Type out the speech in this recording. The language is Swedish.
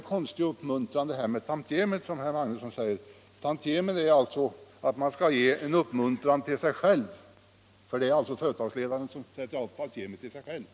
Herr Magnusson sade att tantiemet är en uppmuntran. Man skall alltså som företagsledare ge sig själv en uppmuntran!